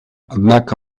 однако